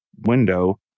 window